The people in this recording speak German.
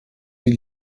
die